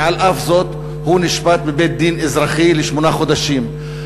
ועל אף זאת הוא נשפט בבית-דין אזרחי לשמונה חודשים.